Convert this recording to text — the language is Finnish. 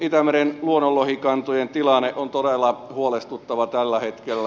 itämeren luonnonlohikantojen tilanne on todella huolestuttava tällä hetkellä